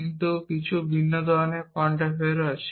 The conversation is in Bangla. কিন্তু যদি ভিন্ন ধরনের কোয়ান্টিফায়ার হয়